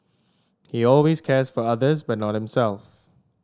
he always cares for others but not himself